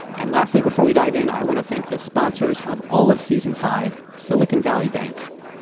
and lastly, before we dive in, i want to thank the sponsors of all of season five, silicon valley bank.